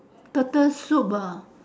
turtle soup ah